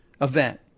event